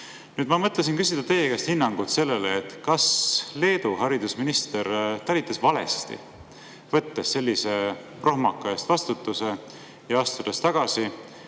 Ma mõtlesin küsida teie käest hinnangut, kas Leedu haridusminister talitas valesti, võttes sellise prohmaka eest vastutuse ja astudes tagasi.